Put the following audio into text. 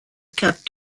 kept